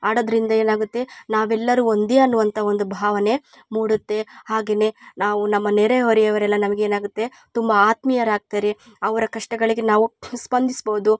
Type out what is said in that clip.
ಹಾಡೋದ್ರಿಂದ ಏನಾಗುತ್ತೆ ನಾವೆಲ್ಲರು ಒಂದೇ ಅನ್ನುವಂಥ ಒಂದು ಭಾವನೆ ಮೂಡುತ್ತೆ ಹಾಗೆ ನಾವು ನಮ್ಮ ನೆರೆ ಹೊರೆಯವರೆಲ್ಲ ನಮಗೆ ಏನಾಗುತ್ತೆ ತುಂಬ ಆತ್ಮೀಯರಾಗ್ತೀರಿ ಅವರ ಕಷ್ಟಗಳಿಗೆ ನಾವು ಸ್ಪಂದಿಸ್ಬೋದು